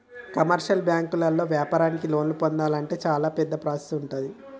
commercial బ్యాంకుల్లో వ్యాపారానికి లోన్లను పొందాలంటే చాలా పెద్ద ప్రాసెస్ ఉంటుండే